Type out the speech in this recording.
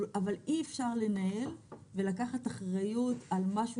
אבל אי אפשר לנהל ולקחת אחריות על משהו